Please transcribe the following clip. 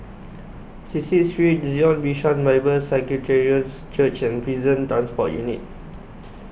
Cecil Street Zion Bishan Bible Presbyterian Church and Prison Transport Unit